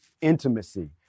intimacy